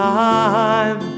time